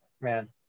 man